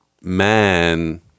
man